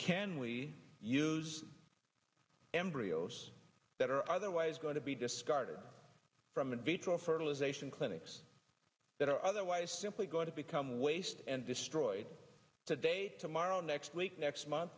can we use embryos that are otherwise going to be discarded from in vitro fertilization clinics that are otherwise simply going to become waste and destroy today tomorrow next week next month